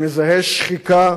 אני מזהה שחיקה